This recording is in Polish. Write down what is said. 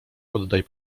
oddaj